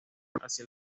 hacía